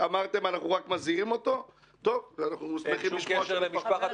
אנחנו נמשיך מכאן.